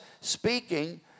speaking